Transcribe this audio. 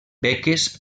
beques